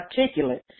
articulate